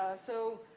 so,